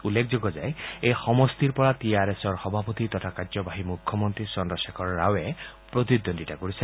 উল্লেখযোগ্য যে এই সমষ্টিৰ পৰা টি আৰ এছৰ সভাপতি তথা কাৰ্যবাহী মৃখ্যমন্ত্ৰী চন্দ্ৰশ্বেখৰ ৰাৱে প্ৰতিদ্বন্দ্বিতা কৰিছে